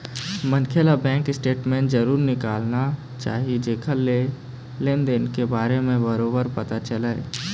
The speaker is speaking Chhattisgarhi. मनखे ल बेंक स्टेटमेंट जरूर निकालना चाही जेखर ले लेन देन के बारे म बरोबर पता चलय